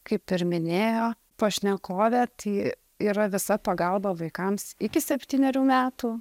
kaip ir minėjo pašnekovė tai yra visa pagalba vaikams iki septynerių metų